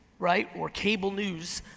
right, or cable news,